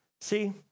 See